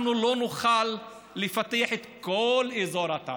אנחנו לא נוכל לפתח את כל אזור התעשייה.